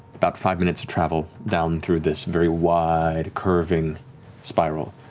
about five minutes of travel down through this very wide, curving spiral.